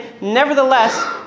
nevertheless